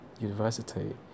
university